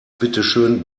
bitteschön